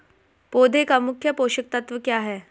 पौधे का मुख्य पोषक तत्व क्या हैं?